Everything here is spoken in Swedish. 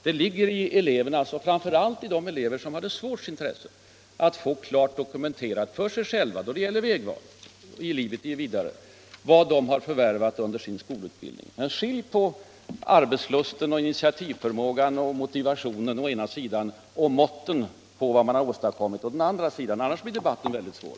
Det ligger i elevernas intresse, framför allt de elevers som har det svårt, att få klart dokumenterat för sig själva då det gäller vägvalet i livet vad de har förvärvat för kunskaper under sin skolutbildning. Men skilj på arbetslusten, initiativförmågan och motivationen å ena sidan och måtten på vad man har åstadkommit å den andra sidan, annars blir debatten väldigt svår!